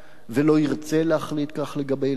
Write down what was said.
ולא ירצה להחליט כך לגבי ילדיו.